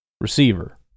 receiver